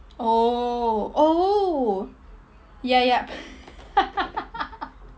oh oh ya yup